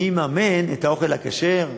מי יממן את האוכל הכשר,